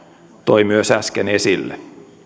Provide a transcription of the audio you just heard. toi äsken esille